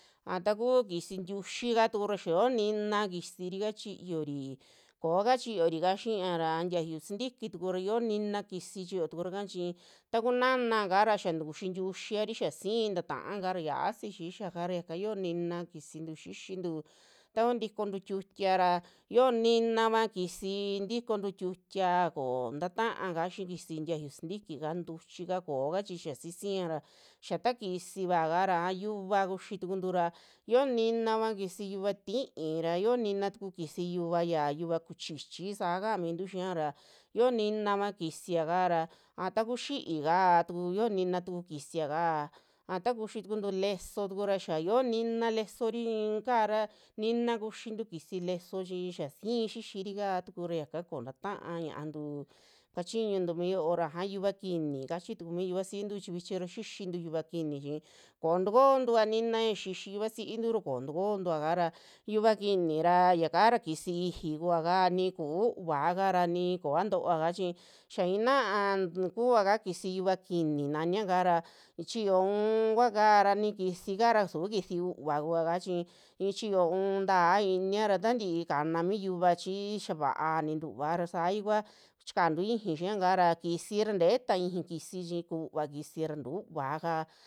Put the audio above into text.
A taku kisis ntuxika tukura xia yo'o nina kisirika chiyori, koka chiyorika xiiya ra, tiayu sintiki tukura xio nina kisi chiyo tukura ika chi, taku nanaka ra xia takuxi ntiuxiari xaa si'i tataaka ra xiasi xixiaka ra yaka yo'o nina kisintu xixintu, taku ntikontu tiutia ra yo'o niniva kisii ntikontu tiutia koo taata'aka xii kisi ntiayu sintikika, ntuchi ka kooka chi xa sisira, xia takisiva kara aa yuka kuxi tukuntu ra yo'o ninava kisi yuva ti'i ra, yo'o nina tuku kisi yuva ya yuva kuchichi saa kaamintu xia ra, yio ninava kisika ra a ta kuu xi'ika tuku yo'o nina tuku kisia kaa, a ta kuxi tukuntu lesoo tukura xia yoo nina lesori kara nina kuxintu kisi lesoo chi xia si'i xixirika tukura yaka ko'o taata'a ñiantu kachiñuntu mi yo'o ra, aja yuva kini kachi tuku mi yuvasintu chi vichira xixintu yuva kini chi kontukontua nina xia xixi yuvasintu ra, kontukotua kara yuva kini ra yakara kisi iji kua kaa ni ku'u uuvaka ra nikoa ntooa ka chi xa i'inaa kuaka kisi yuva kini naniaka ra chiyo u'u kuakara, ni kisika suvi kisi uuva kua chi i'i chiyo u'un ntaa iniara tantii kana mi yuva chii xia va'a nintuvaa ra saikua chikaantu ixii xiaka ra kisira nteta ixii kisi chi kuuva kisra ntuuvaka.